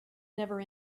never